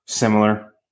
similar